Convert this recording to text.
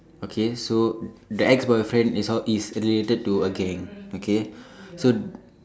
okay so the ex boyfriend is uh is related to a gang okay so